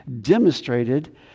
demonstrated